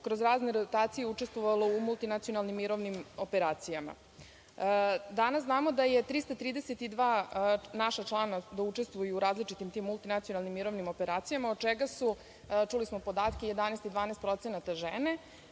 kroz razne rotacije učestvovalo u multinacionalnim mirovnim operacijama. Danas znamo da 332 naša člana učestvuju u različitim tim multinacionalnim mirovnim operacijama od čega su, čuli smo podatke 11% i 12% žene,